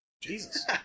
Jesus